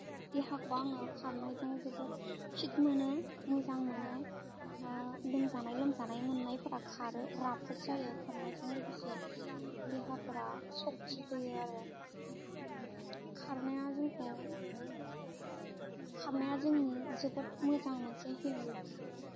देहाखौ आङो खारनायजों जोबोद फिद मोनो मोजां मोनो लोमजानाय लोमजानाय मोन्नायफोरा खारो राफोद जायो खारनायजों लोगोसे देहाफोरा सक्टि फैयो आरो खारनाया जोंखौ खारनाया जोंनि जोबोद मोजां मोनसे हेबिट